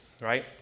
right